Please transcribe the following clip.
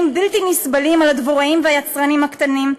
בלתי נסבלים לדבוראים והיצרנים הקטנים,